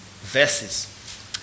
verses